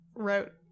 wrote